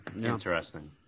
Interesting